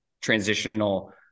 transitional